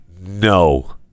no